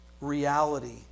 reality